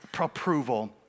approval